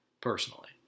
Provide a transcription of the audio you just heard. personally